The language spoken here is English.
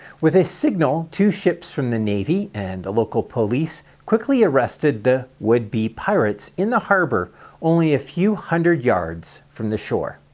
with a signal, two ships from the navy and the local police quickly arrested the would be pirates in the harbor only a few hundred yards from shore.